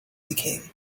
became